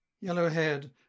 yellow-haired